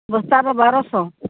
ᱵᱚᱥᱛᱟ ᱫᱚ ᱵᱟᱨᱚᱥᱚ